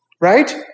Right